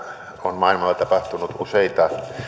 on maailmalla tapahtunut useita